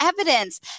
evidence